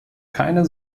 keine